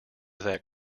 that